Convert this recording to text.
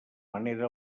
manera